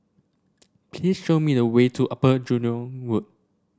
please show me the way to Upper Jurong Road